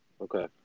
okay